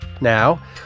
Now